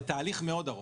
זה תהליך מאוד ארוך.